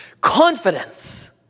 confidence